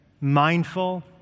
mindful